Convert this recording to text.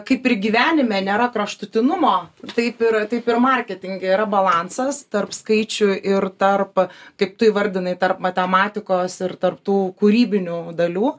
kaip ir gyvenime nėra kraštutinumo taip ir taip ir marketinge yra balansas tarp skaičių ir tarp kaip tu įvardinai tarp matematikos ir tarp tų kūrybinių dalių